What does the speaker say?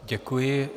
Děkuji.